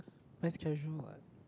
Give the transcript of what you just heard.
that's casual what